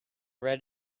red